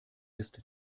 ist